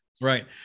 right